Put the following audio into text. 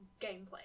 gameplay